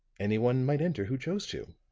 any one might enter who chose to.